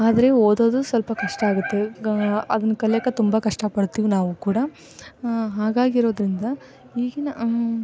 ಆದರೆ ಓದೋದು ಸ್ವಲ್ಪ ಕಷ್ಟ ಆಗುತ್ತೆ ಗ ಅದನ್ನು ಕಲಿಯಕ್ಕೆ ತುಂಬ ಕಷ್ಟಪಡ್ತೀವಿ ನಾವೂ ಕೂಡ ಹಾಗಾಗಿರೋದರಿಂದ ಈಗಿನ